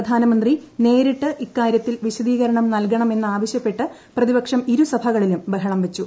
പ്രധാനമന്ത്രി നേരിട്ട് ഇക്കാര്യത്തിൽ വിശദീകരണം നൽകണമെന്നാവശ്യപ്പെട്ട് പ്രതിപക്ഷം ഇരുസഭകളിലും ബഹളം വച്ചു